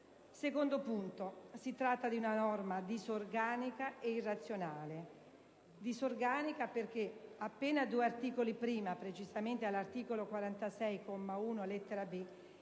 secondo luogo, si tratta di una norma disorganica e irrazionale. Disorganica perché, appena due articoli prima (precisamente all'articolo 46, comma 1,